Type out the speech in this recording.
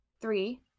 Three